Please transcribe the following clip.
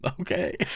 Okay